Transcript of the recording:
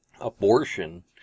abortion